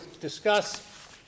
discuss